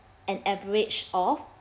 an average of